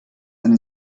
eine